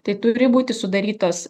tai turi būti sudarytos